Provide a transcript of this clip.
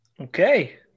Okay